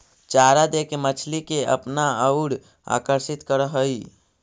चारा देके मछली के अपना औउर आकर्षित करऽ हई